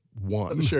one